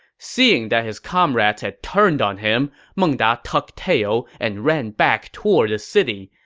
seeing that his comrades had turned on him, meng da tucked tail and ran back toward the city.